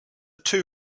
two